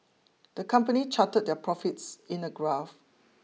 the company charted their profits in a graph